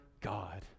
God